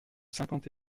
cinquante